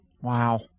Wow